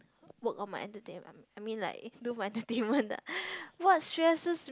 work on my entertainm~ I mean like do my entertainment what stresses